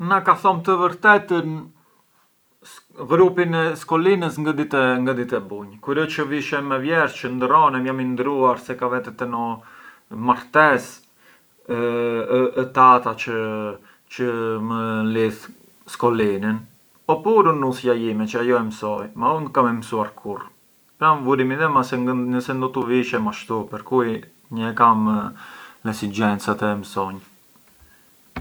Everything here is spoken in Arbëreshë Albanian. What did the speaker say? Na ka thom të vërtetën, ghrupin e skolinës ngë di të… ngë di të e bunj, kur ë çë vishem me vjersh, çë ka ndërronem, çë jam ndërruar çë ka vete te ndo martez ë tata çë… çë më lidh skolinën, oppuru nusja jime, çë ajo e mësoi, ma u ngë kam e mësuar kurrë, pra‘ vuri midhema se ngë se ndutu vishem ashtu, per cui, ngë e kam l’esigenza të e mësonj.